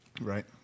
Right